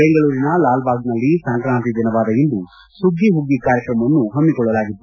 ಬೆಂಗಳೂರಿನ ಲಾಲ್ಬಾಗ್ನಲ್ಲಿ ಸಂಕ್ರಾಂತಿ ದಿನವಾದ ಇಂದು ಸುಗ್ಗಿ ಹುಗ್ಗಿ ಕಾರ್ಯಕ್ರಮವನ್ನು ಹಮ್ಮಿಕೊಳ್ಳಲಾಗಿತ್ತು